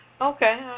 Okay